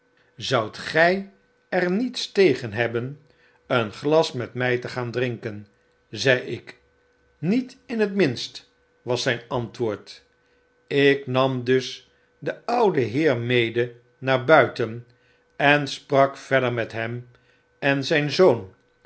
zoudt gg er niets tegen hebben een glas met my te gaan drinken zei ik met in het minst was zijn antwoord ik nam dus den ouden heer mede naar buiten en sprak verder met hem en zjjn zoon